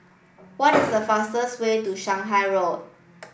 what is the fastest way to Shanghai Road